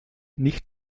nicht